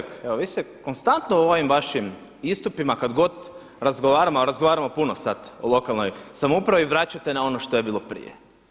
Kolega Hrg, evo vi se konstantno u ovim vašim istupima kada god razgovaramo a razgovaramo puno sada o lokalnoj samoupravi vraćate na ono što je bilo prije.